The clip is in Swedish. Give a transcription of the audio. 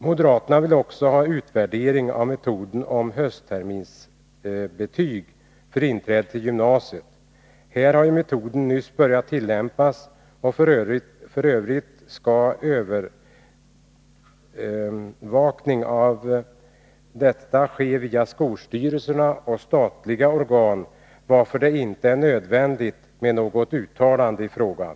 Moderaterna vill också ha en utvärdering av intagningen till gymnasieskolan på höstterminsbetyget i årskurs 9. Metoden har nyss börjat tillämpas, och effekterna av detta system skall f. ö. observeras av skolstyrelsen och den statliga skoladministrationen, varför det inte är nödvändigt med något uttalande i frågan.